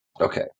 Okay